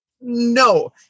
no